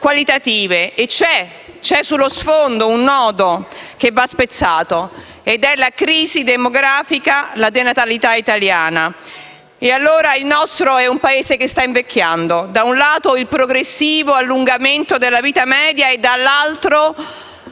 qualitative. C'è sullo sfondo un nodo che va spezzato: la crisi demografica, la denatalità italiana. Il nostro è un Paese che sta invecchiando: da un lato, vi è il progressivo allungamento della vita media; dall'altro,